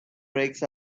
brakes